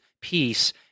peace